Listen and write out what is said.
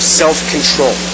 self-control